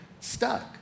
stuck